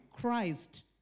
Christ